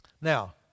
Now